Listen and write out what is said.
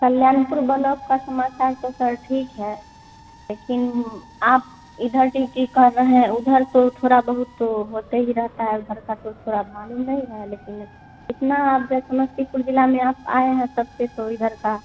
Kalyanpur block की समस्या है तो सर ठीक है लेकिन आप इधर ड्यूटी कर रहें उधर तो थोड़ा बहुत तो होते ही रहता है उधर का तो तोड़ा मालूम नहीं है लेकिन इतना अब जो समस्तीपुर ज़िले में आप आएँ हैं तब से तो इधर का